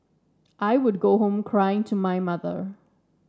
I would go home crying to my mother